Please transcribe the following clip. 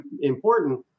important